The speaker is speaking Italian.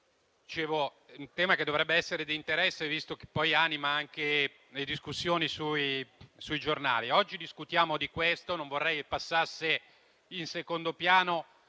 un tema che dovrebbe essere di interesse visto che poi anima anche le discussioni sui giornali. Oggi discutiamo di questo, non vorrei passasse in secondo piano